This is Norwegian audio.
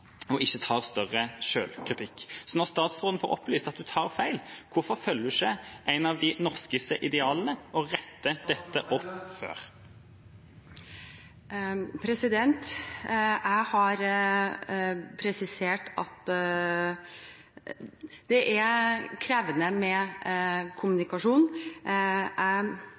og ikke tar større selvkritikk. Når statsråden får opplyst at hun tar feil, hvorfor følger hun ikke ett av de norskeste idealene og rettet dette opp før? Jeg har presisert at det er krevende med kommunikasjon. Jeg